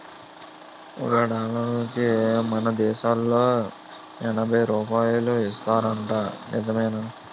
ఒక డాలరుకి మన దేశంలో ఎనబై రూపాయలు ఇస్తారట నిజమేనా